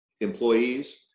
employees